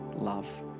love